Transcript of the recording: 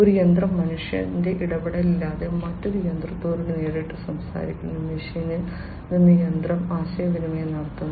ഒരു യന്ത്രം മനുഷ്യ ഇടപെടലില്ലാതെ മറ്റൊരു യന്ത്രത്തോട് നേരിട്ട് സംസാരിക്കുന്നു മെഷീനിൽ നിന്ന് യന്ത്രം ആശയവിനിമയം നടത്തുന്നു